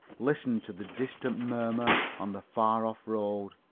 listened to the distant murmur on the far-off road,